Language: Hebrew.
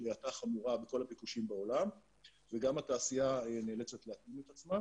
האטה חמורה בכל הביקושים בעולם וגם התעשייה נאלצת להתאים את עצמה.